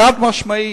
חד-משמעי,